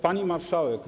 Pani Marszałek!